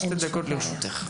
שתי דקות לרשותך.